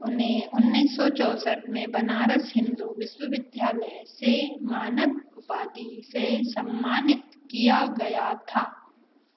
उन्हें उन्नीस सौ चौँसठ में बनारस हिन्दू विश्वविद्यालय से मानद उपाधि से सम्मानित किया गया था